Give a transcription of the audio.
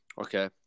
Okay